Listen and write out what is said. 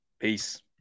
Peace